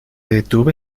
detuve